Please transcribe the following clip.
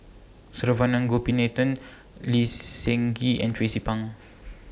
Saravanan Gopinathan Lee Seng Gee and Tracie Pang